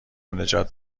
نجات